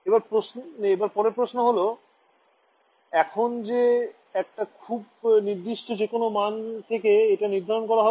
এবার পরের প্রশ্ন হল এখন যে এটা খুব নির্দিষ্ট যে কোন মাণ থেকে এটা নির্ধারণ করা হবে